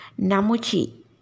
Namuchi